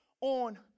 on